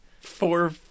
four